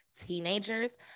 teenagers